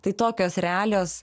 tai tokios realijos